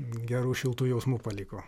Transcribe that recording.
gerų šiltų jausmų paliko